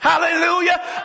Hallelujah